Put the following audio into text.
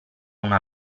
una